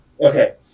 Okay